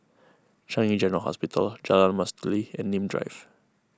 Changi General Hospital Jalan Mastuli and Nim Drive